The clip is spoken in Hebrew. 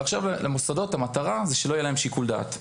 ועכשיו למוסדות המטרה - שלא יהיה להם שיקול דעת.